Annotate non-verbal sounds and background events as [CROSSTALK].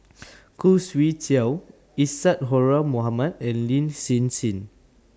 [NOISE] Khoo Swee Chiow Isadhora Mohamed and Lin Hsin Hsin